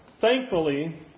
Thankfully